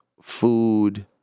food